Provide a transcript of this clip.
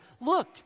look